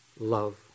Love